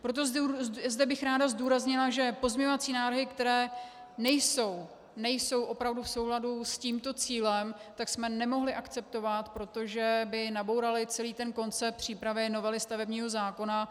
Proto zde bych ráda zdůraznila, že pozměňovací návrhy, které nejsou opravdu v souladu s tímto cílem, jsme nemohli akceptovat, protože by nabouraly celý koncept přípravy novely stavebního zákona.